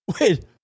Wait